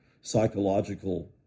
psychological